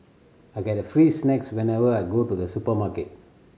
I get free snacks whenever I go to the supermarket